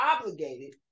obligated